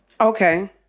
Okay